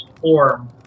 form